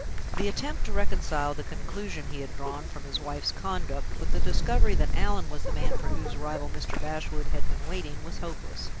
the attempt to reconcile the conclusion he had drawn from his wife's conduct with the discovery that allan was the man for whose arrival mr. bashwood had been waiting was hopeless.